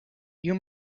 you